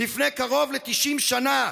לפני קרוב ל-90 שנה,